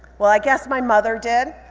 well i guess my mother did,